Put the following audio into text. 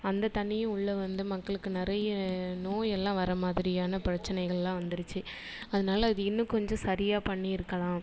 அந்த தண்ணியும் உள்ளே வந்து மக்களுக்கு நிறைய நோயெல்லாம் வர மாதிரியான பிரச்சினைகள் எல்லாம் வந்துருச்சு அதனால அது இன்னும் கொஞ்சம் சரியாக பண்ணியிருக்கலாம்